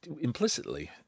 implicitly